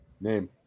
Name